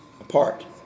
apart